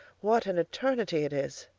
what an eternity it is?